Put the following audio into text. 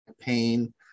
pain